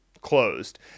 closed